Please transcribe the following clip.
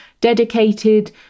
dedicated